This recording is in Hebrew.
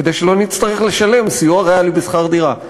כדי שלא נצטרך לשלם סיוע ריאלי בשכר דירה.